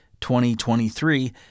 2023